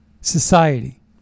society